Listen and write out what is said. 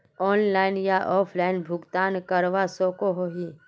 Loan online या offline भुगतान करवा सकोहो ही?